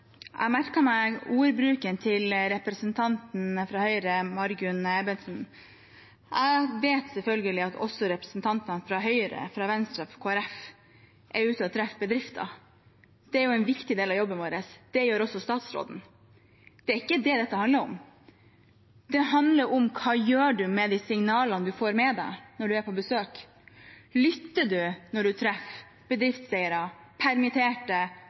fra Høyre, Margunn Ebbesen. Jeg vet selvfølgelig at også representantene fra Høyre, fra Venstre, fra Kristelig Folkeparti er ute og treffer bedrifter. Det er en viktig del av jobben vår. Det gjør også statsråden. Det er ikke det dette handler om. Det handler om hva man gjør med de signalene man får med seg når man er på besøk. Lytter man når man treffer bedriftseiere, permitterte,